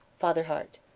father hart.